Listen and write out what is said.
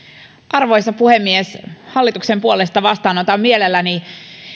arvoisa puhemies hallituksen puolesta vastaanotan mielelläni